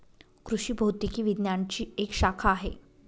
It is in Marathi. कृषि भौतिकी विज्ञानची एक शाखा आहे